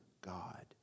God